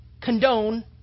condone